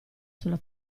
sulla